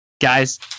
Guys